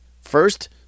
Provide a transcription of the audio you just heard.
first